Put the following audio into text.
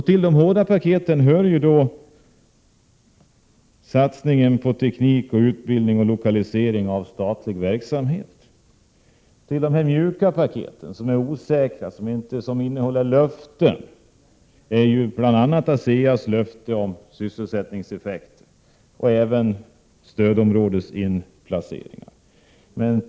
Till de hårda paketen hör satsningen på teknik och utbildning samt lokalisering av statlig verksamhet. De mjuka paketen, som är osäkra, är bl.a. ASEA:s löfte om sysselsättningseffekter och även stödområdesinplaceringar.